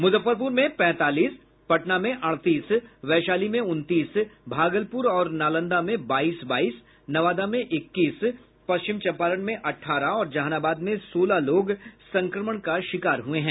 मुजफ्फरपुर में पैंतालीस पटना में अड़तीस वैशाली में उनतीस भागलपुर और नालंदा में बाईस बाईस नवादा में इक्कीस पश्चिम चंपारण में अठारह और जहानाबाद में सोलह लोग संक्रमण का शिकार हुए हैं